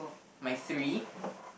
my three